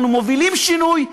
אנחנו מובילים שינוי,